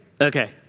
Okay